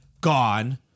gone